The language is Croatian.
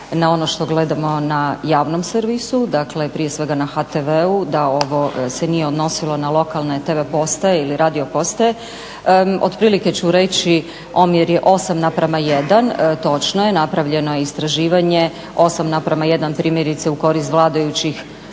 na ono što gledamo na javnom servisu. Dakle, prije svega na HTV-u da ovo se nije odnosilo na lokalne tv postaje ili radio postaje. Otprilike ću reći omjer je 8:1. Točno je, napravljeno je istraživanje. 8:1 primjerice u korist vladajućih